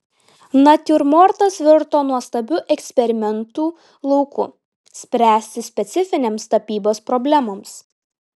natiurmortas virto nuostabiu eksperimentų lauku spręsti specifinėms tapybos problemoms